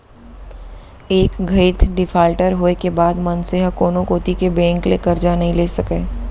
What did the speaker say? एक घइत डिफाल्टर होए के बाद मनसे ह कोनो कोती के बेंक ले करजा नइ ले सकय